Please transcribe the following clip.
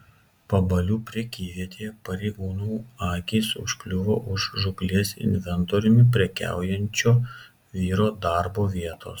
pabalių prekyvietėje pareigūnų akys užkliuvo už žūklės inventoriumi prekiaujančio vyro darbo vietos